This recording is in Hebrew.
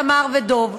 תמר ודב,